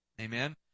Amen